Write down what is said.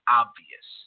obvious